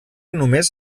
només